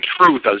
truth